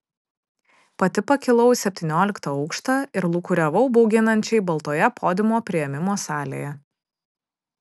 pati pakilau į septynioliktą aukštą ir lūkuriavau bauginančiai baltoje podiumo priėmimo salėje